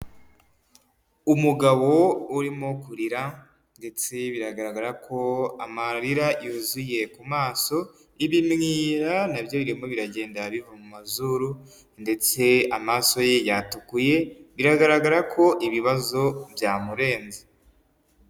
Umugabo urimo kurira ndetse biragaragara ko amarira yuzuye ku maso, ibimyira na byo birimo biragenda biva mu mazuru ndetse amaso ye yatukuye, biragaragara ko ibibazo byamurenze.